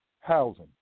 housing